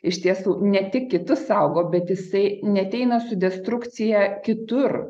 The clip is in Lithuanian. iš tiesų ne tik kitus saugo bet jisai neateina su destrukcija kitur